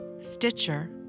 Stitcher